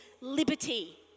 liberty